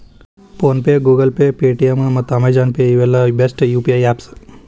phone pay, Google pay, Paytm ಮತ್ತ Amazon pay ಇವೆಲ್ಲ best UPI apps